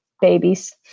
babies